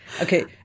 okay